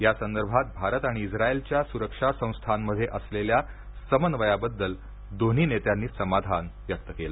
या संदर्भात भारत आणि इस्राईलच्या सुरक्षा संस्थांमध्ये असलेल्या समन्वयाबद्दल दोन्ही नेत्यांनी समाधान व्यक्त केलं